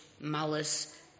malice